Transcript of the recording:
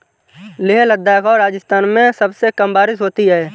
लेह लद्दाख और राजस्थान में सबसे कम बारिश होती है